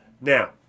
Now